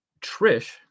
Trish